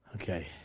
Okay